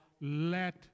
let